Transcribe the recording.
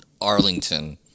Arlington